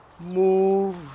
move